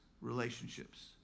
relationships